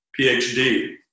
PhD